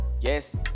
yes